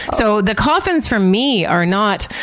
so, the coffins, for me, are not,